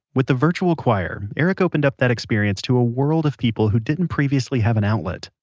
with the virtual choir, eric opened up that experience to a world of people who didn't previously have an outlet.